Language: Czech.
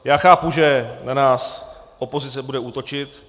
Já chápu, že na nás opozice bude útočit.